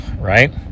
right